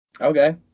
Okay